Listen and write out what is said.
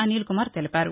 అనిల్ కుమార్ తెలిపారు